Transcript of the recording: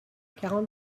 quarante